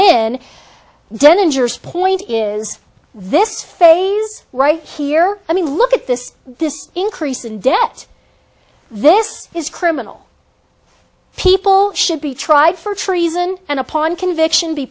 then then injures point is this phase right here i mean look at this this increase in debt this is criminal people should be tried for treason and upon conviction be